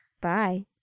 Bye